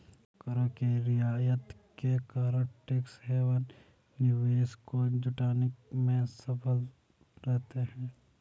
करों के रियायत के कारण टैक्स हैवन निवेश को जुटाने में सफल रहते हैं